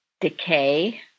decay